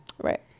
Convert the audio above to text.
Right